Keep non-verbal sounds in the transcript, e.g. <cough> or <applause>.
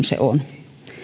<unintelligible> se on